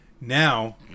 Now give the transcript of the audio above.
Now